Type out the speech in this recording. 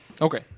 Okay